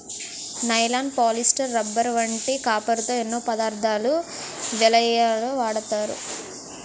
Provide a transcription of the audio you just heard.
nylon, polyester, rubber వంటి కాపరుతో ఎన్నో పదార్ధాలు వలెయ్యడానికు వాడతారు